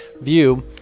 view